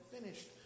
finished